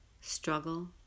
struggle